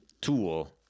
tool